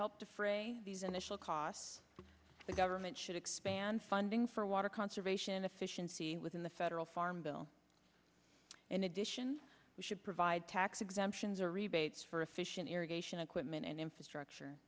help defray these initial costs the government should expand funding for water conservation efficiency within the federal farm bill in addition we should provide tax exemptions or rebates for efficient irrigation equipment and infrastructure